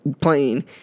playing